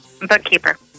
Bookkeeper